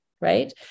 right